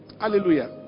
Hallelujah